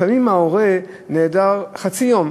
לפעמים ההורה נעדר חצי יום,